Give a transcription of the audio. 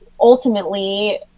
ultimately